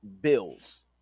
bills